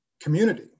community